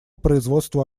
производству